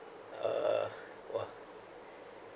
uh !wah! I